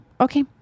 Okay